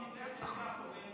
אבל במקרה של יפו,